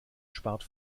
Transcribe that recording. spart